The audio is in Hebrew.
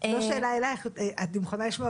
את הדברים השמחים יותר,